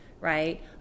Right